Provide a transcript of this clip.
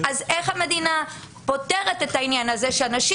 אז איך המדינה פותרת את העניין הזה שאנשים